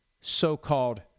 so-called